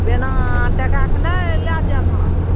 बिना टाकाके नहि लै जायब हम